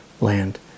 land